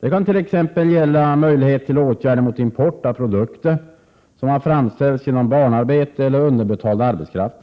Det kan t.ex. gälla möjlighet till åtgärder mot import av produkter som framställts genom barnarbeten eller underbetald arbetskraft.